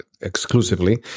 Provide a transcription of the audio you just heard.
exclusively